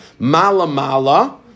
Malamala